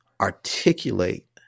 articulate